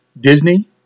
Disney